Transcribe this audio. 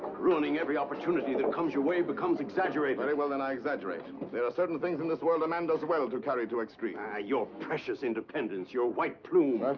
ruining every opportunity that comes you way, becomes exaggerated! very well then, i exaggerate. there are certain things in this world a man does well to carry to extremes. ah your precious independence. your white plume!